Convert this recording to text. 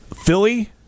Philly